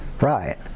Right